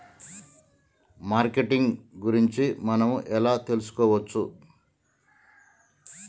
Marketing గురించి మనం ఎలా తెలుసుకోవచ్చు?